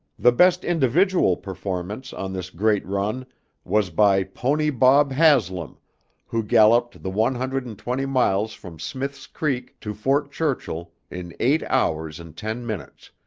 the best individual performance on this great run was by pony bob haslam who galloped the one hundred and twenty miles from smith's creek to fort churchill in eight hours and ten minutes,